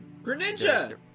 Greninja